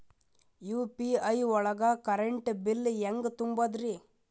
UPI ಒಳಗ current bill ಹೆಂಗ್ ತುಂಬದ್ರಿ?